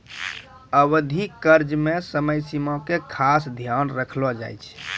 अवधि कर्ज मे समय सीमा के खास ध्यान रखलो जाय छै